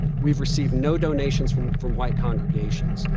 we've received no donations from from white congregations.